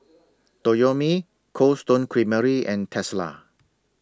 Toyomi Cold Stone Creamery and Tesla